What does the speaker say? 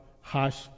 harsh